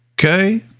Okay